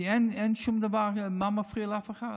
כי אין שום דבר, מה מפריע למישהו?